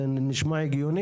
זה נשמע הגיוני?